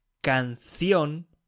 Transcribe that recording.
canción